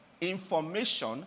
information